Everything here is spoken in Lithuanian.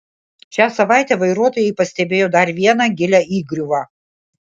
šią savaitę vairuotojai pastebėjo dar vieną gilią įgriuvą